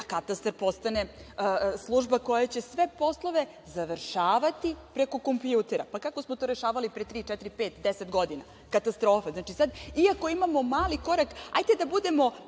Katastar postane služba koja će sve poslove završavati preko kompjutera. Pa, kako smo to rešavali pre tri, četiri, pet, 10 godina? Katastrofa. Znači, sad, iako imamo mali korak, hajde da budemo